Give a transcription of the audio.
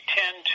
tend